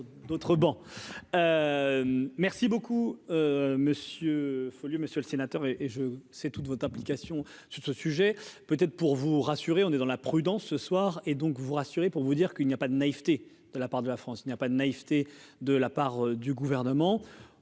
d'autres bancs merci beaucoup monsieur Folliot, monsieur le sénateur et et je. C'est toute votre application sur ce sujet, peut-être pour vous rassurer, on est dans la prudence ce soir et donc vous rassurer pour vous dire qu'il n'y a pas de naïveté de la part de la France, il n'y a pas de naïveté de la part du gouvernement,